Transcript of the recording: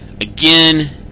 again